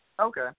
Okay